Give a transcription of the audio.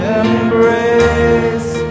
embrace